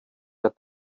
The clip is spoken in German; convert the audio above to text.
der